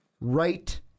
right